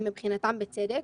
ומבחינתם בצדק,